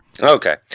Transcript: Okay